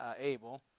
Abel